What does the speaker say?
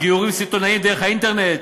גיורים סיטוניים דרך האינטרנט?